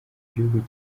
gihugu